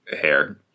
hair